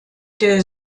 der